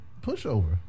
pushover